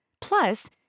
Plus